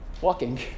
walking